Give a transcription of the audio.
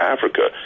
Africa